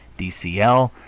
d. c. l,